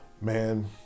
man